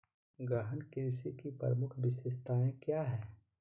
गहन कृषि की प्रमुख विशेषताएं क्या है?